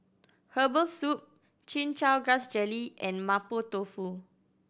herbal soup Chin Chow Grass Jelly and Mapo Tofu